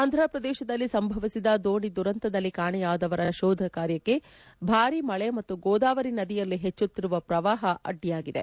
ಆಂಧಪ್ರದೇಶದಲ್ಲಿ ಸಂಭವಿಸಿದ ದೋಣಿದುರಂತದಲ್ಲಿ ಕಾಣೆಯಾದವರ ಶೋಧ ಕಾರ್ಕಕ್ಕೆ ಭಾರೀ ಮಳೆ ಮತ್ತು ಗೋದಾವರಿ ನದಿಯಲ್ಲಿ ಹೆಚ್ಚುತ್ತಿರುವ ಪ್ರವಾಹ ಅಡ್ಡಿಯಾಗಿದೆ